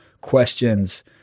questions